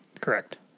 Correct